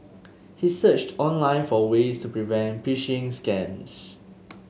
he searched online for ways to prevent phishing scams